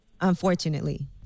unfortunately